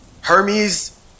Hermes